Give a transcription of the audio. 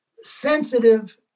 sensitive